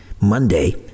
Monday